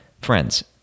Friends